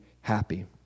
happy